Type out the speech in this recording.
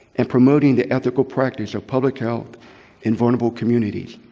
and promoting the ethical practice of public health in vulnerable communities.